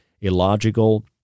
illogical